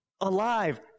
alive